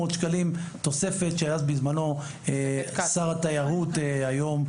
שקלים תוספת שבזמנו שר התיירות דהיום,